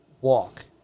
walk